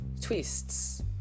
twists